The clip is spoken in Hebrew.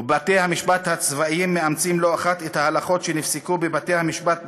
ובתי-המשפט הצבאיים מאמצים לא אחת את ההלכות שנפסקו בבתי-המשפט בישראל.